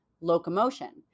locomotion